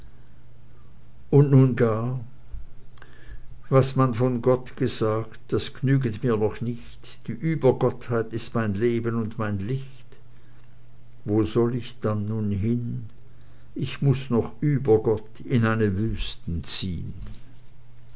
und nun gar was man von gott gesagt das g'nüget mir noch nicht die über gottheit ist mein leben und mein licht wo soll ich dann nun hin ich muß noch über gott in eine wüsten ziehn